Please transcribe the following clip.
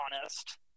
honest